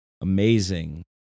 amazing